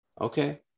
Okay